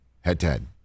head-to-head